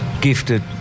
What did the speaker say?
gifted